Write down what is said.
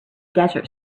desert